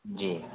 جی